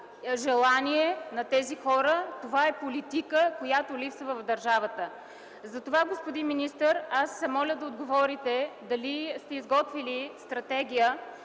желание на тези хора, а политика, която липсва в държавата. Затова, господин министър, аз моля да отговорите: дали сте изготвили стратегия